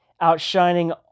outshining